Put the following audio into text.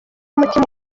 umutima